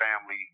family